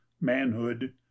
manhood